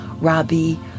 Robbie